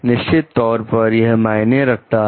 निश्चित तौर पर यह मायने रखता है